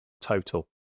total